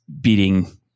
beating